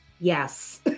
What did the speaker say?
Yes